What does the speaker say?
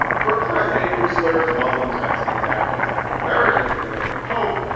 for a president who slurs muslims, mexicans, africans, african-americans, women in the pope,